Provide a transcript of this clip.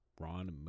Ron